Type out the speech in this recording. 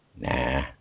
Nah